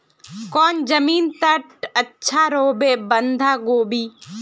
कौन जमीन टत अच्छा रोहबे बंधाकोबी?